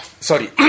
sorry